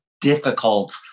difficult